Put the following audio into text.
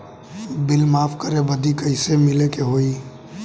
Bill माफ करे बदी कैसे मिले के होई?